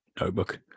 notebook